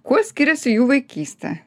kuo skiriasi jų vaikystė